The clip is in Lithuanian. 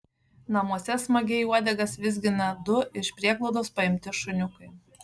namuose smagiai uodegas vizgina du iš prieglaudos paimti šuniukai